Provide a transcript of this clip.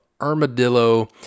Armadillo